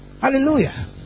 Hallelujah